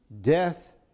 Death